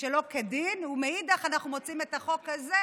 ושלא כדין, ומאידך אנחנו מוצאים את החוק הזה,